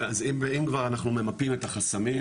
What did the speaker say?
אז אם כבר אנחנו ממפים את החסמים,